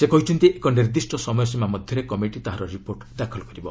ସେ କହିଛନ୍ତି ଏକ ନିର୍ଦ୍ଧିଷ୍ଟ ସମୟସୀମା ମଧ୍ୟରେ କମିଟି ତାହାର ରିପୋର୍ଟ ଦାଖଲ କରିବ